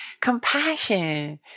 compassion